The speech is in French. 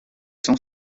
son